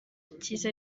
akizi